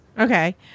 Okay